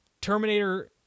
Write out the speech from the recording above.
Terminator